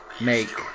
make